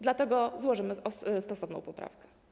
Dlatego złożymy stosowną poprawkę.